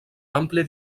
àmplia